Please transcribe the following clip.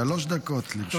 שלוש דקות לרשותך.